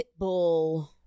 Pitbull